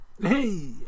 Hey